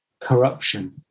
corruption